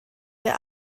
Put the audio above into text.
der